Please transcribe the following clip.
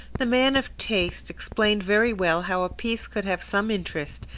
the man of taste explained very well how a piece could have some interest,